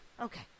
Okay